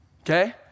Okay